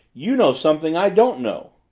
you know something i don't know.